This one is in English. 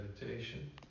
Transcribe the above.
meditation